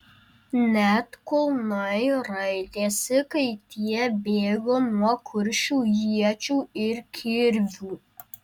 net kulnai raitėsi kai tie bėgo nuo kuršių iečių ir kirvių